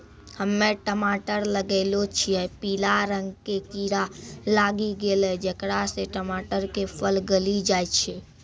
हम्मे टमाटर लगैलो छियै पीला रंग के कीड़ा लागी गैलै जेकरा से टमाटर के फल गली जाय छै?